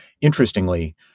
interestingly